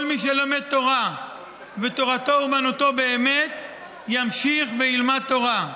כל מי שלומד תורה ותורתו אומנותו באמת ימשיך וילמד תורה.